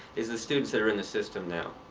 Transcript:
is the students that are in the system now,